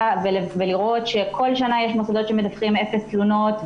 בכל שנה יש מוסדות שמדווחים על אפס תלונות.